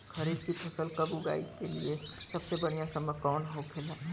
खरीफ की फसल कब उगाई के लिए सबसे बढ़ियां समय कौन हो खेला?